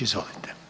Izvolite.